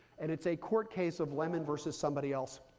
and it's a court case of lemon versus somebody else.